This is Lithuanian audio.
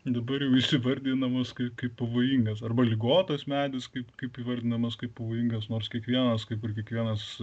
dabar jau jis įvardinamas kaip kaip pavojingas arba ligotas medis kaip kaip įvardinamas kaip pavojingas nors kiekvienas kaip ir kiekvienas